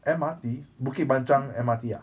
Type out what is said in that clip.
M_R_T bukit panjang M_R_T ah